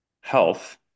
health